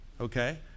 okay